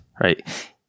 right